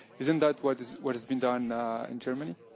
isn't that what what has been done in germany?